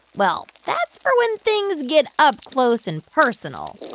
well, that's for when things get up close and personal